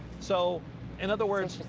so in other words.